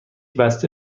بسته